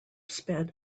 sped